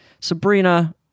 Sabrina